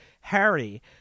Harry